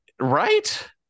Right